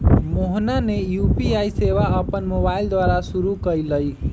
मोहना ने यू.पी.आई सेवा अपन मोबाइल द्वारा शुरू कई लय